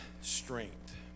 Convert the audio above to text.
strength